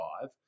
five